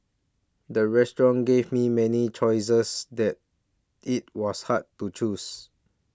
the restaurant gave me many choices that it was hard to choose